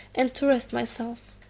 and to rest myself.